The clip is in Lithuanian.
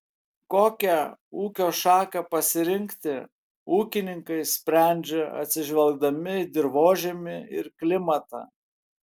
kokią ūkio šaką pasirinkti ūkininkai sprendžia atsižvelgdami į dirvožemį ir klimatą